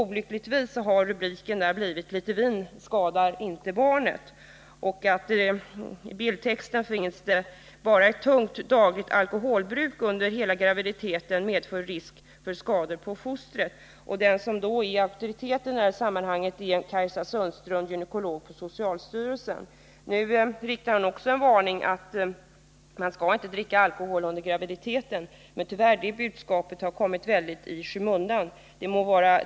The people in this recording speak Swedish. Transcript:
Olyckligtvis lyder rubriken på den artikeln: Lite vin skadar inte barnet. I bildtexten står det: ”Bara ett tungt, dagligt alkoholbruk under hela graviditeten medför risk för skador på fostret.” Den som är auktoritet i det här sammanhanget är Kajsa Sundström, gynekolog på socialstyrelsen. Hon framför i och för sig också en varning för att dricka alkohol under graviditeten, men tyvärr har det budskapet kommit i skymundan.